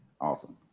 Awesome